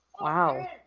Wow